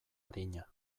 arina